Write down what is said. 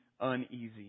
uneasy